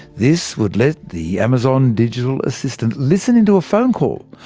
this would let the amazon digital assistant listen into a phone call,